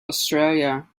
australia